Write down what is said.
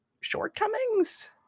shortcomings